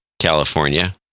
California